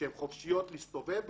כאשר המטילות חופשיות להסתובב,